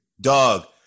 Dog